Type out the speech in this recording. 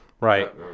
Right